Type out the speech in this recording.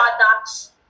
products